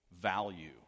value